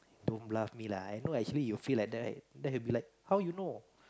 don't bluff me lah I know actually you feel like that right then he will be like how you know